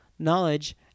knowledge